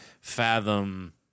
fathom